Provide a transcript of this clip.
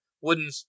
wooden